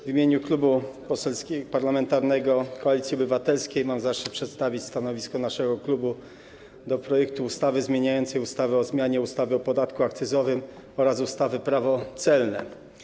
W imieniu Klubu Parlamentarnego Koalicja Obywatelska mam zaszczyt przedstawić stanowisko naszego klubu wobec projektu ustawy zmieniającej ustawę o zmianie ustawy o podatku akcyzowym oraz ustawy Prawo celne.